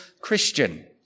Christian